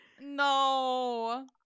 no